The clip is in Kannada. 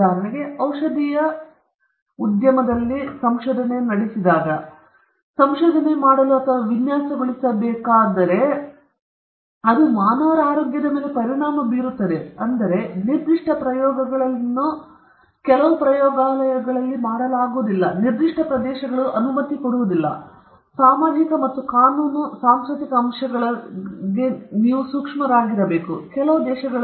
ಉದಾಹರಣೆಗೆ ಔಷಧೀಯ ಉದ್ಯಮದಲ್ಲಿ ಸಂಶೋಧನೆ ನಡೆಸಿ ಸಂಶೋಧನೆ ಮಾಡಲು ಅಥವಾ ವಿನ್ಯಾಸಗೊಳಿಸಬೇಕಾದ ಔಷಧಿಯು ಪ್ರಪಂಚದಲ್ಲಿನ ಎಲ್ಲಾ ಮಾನವರ ಆರೋಗ್ಯದ ಮೇಲೆ ಪರಿಣಾಮ ಬೀರುತ್ತದೆ ಎಂದು ಹೇಳಿ ಆ ಅರ್ಥದಲ್ಲಿ ಆದರೆ ನಿರ್ದಿಷ್ಟ ಪ್ರಯೋಗಗಳಲ್ಲಿ ಕೆಲವು ಪ್ರಯೋಗಗಳನ್ನು ಮಾಡಲಾಗುವುದಿಲ್ಲ ಪ್ರದೇಶಗಳು ಮತ್ತು ನಂತರ ಸಾಮಾಜಿಕ ಮತ್ತು ಕಾನೂನು ಸಾಂಸ್ಕೃತಿಕ ಅಂಶಗಳನ್ನು ಕಡೆಗೆ ಸೂಕ್ಷ್ಮವಾಗಿರಬೇಕು ಕೆಲವು ದೇಶಗಳು